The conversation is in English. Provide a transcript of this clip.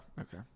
okay